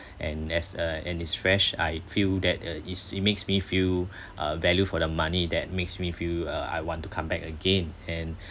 and as a and it's fresh I feel that uh is it makes me feel uh value for the money that makes me feel uh I want to come back again and